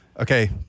Okay